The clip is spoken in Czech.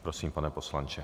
Prosím, pane poslanče.